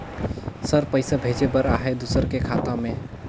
Sir पइसा भेजे बर आहाय दुसर के खाता मे?